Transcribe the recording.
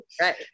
Right